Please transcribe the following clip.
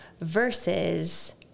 versus